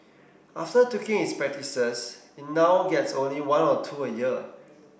after tweaking its practices it now gets only one or two a year